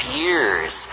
years